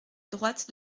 droite